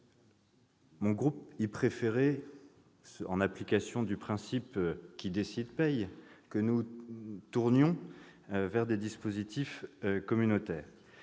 Mon groupe préférait, en application du principe « qui décide paie », que nous nous tournions vers des dispositifs communautaires.